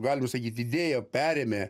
galim sakyt idėją perėmė